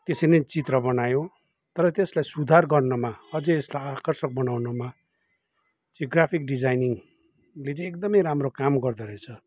त्यसरी नै चित्र बनायो तर त्यसलाई सुधार गर्नमा अझै यसलाई आकर्षक बनाउनमा चाहिँ ग्राफिक डिजाइनिङले चाहिँ एकदमै राम्रो काम गर्दो रहेछ